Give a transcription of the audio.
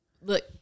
Look